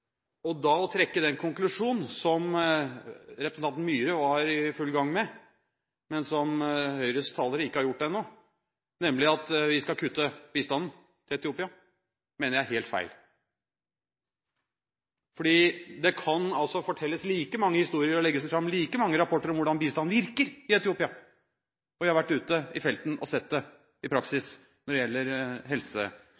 å trekke den konklusjonen som representanten Myhre var i full gang med, men som Høyres talere ikke har gjort ennå, nemlig at vi skal kutte bistanden til Etiopia, mener jeg er helt feil. Det kan fortelles like mange historier og legges fram like mange rapporter om hvordan bistanden virker i Etiopia, og jeg har vært ute i felten og sett det i